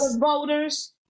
voters